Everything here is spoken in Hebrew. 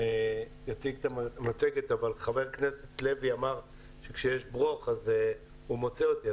יציג את המצגת אבל חבר הכנסת לוי אמר שכשיש "ברוך" אז הוא מוצא אותי.